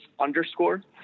underscore